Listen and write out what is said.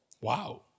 Wow